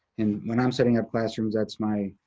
and when i'm setting up classrooms, that's my,